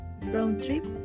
round-trip